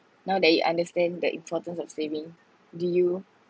now that you understand the importance of saving do you